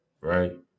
right